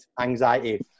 anxiety